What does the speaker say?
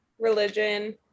religion